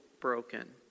broken